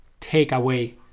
takeaway